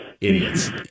idiots